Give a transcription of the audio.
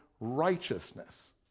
righteousness